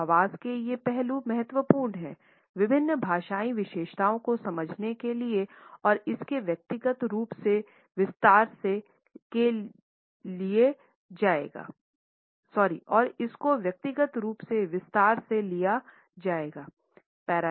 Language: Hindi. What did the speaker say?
तो आवाज़ के ये पहलु महत्वपूर्ण हैं विभिन्न भाषाई विशेषताओं को समझने के लिए और इसको व्यक्तिगत रूप से विस्तार से लिया जाएगा